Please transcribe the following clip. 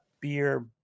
beer